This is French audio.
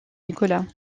nicolas